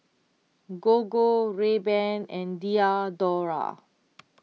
Gogo Rayban and Diadora